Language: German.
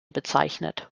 bezeichnet